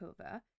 over